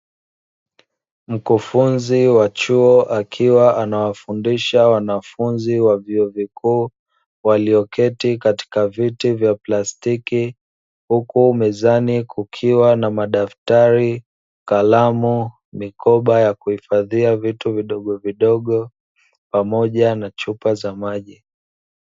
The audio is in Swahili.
Mkufunzi wa chuo akiwa anawafundisha wanafunzi wa vyuo vikuu walioketi katika viti vya plastiki, huku mezani kukiwa na madaftari, kalamu, mikoba ya kuhifadhia vitu vidogovidogo pamoja na chupa za maji.